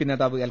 P നേതാവ് L